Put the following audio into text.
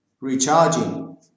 recharging